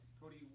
Cody